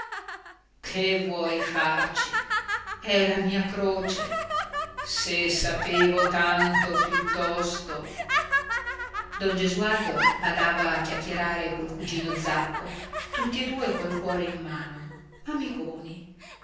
che vuoi farci è la mia croce se sapevo tanto piuttosto don gesualdo badava a chiacchierare col cugino zacco tutti e due col cuore in mano amiconi